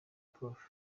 prof